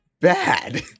bad